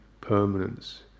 permanence